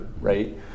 right